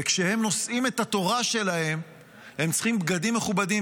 וכשהם נושאים את התורה שלהם הם צריכים בגדים מכובדים.